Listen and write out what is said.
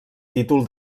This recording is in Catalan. títol